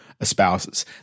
espouses